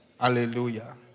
Hallelujah